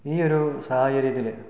ഈ ഒരു സാഹചര്യത്തിൽ